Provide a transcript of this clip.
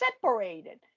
separated